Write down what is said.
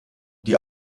die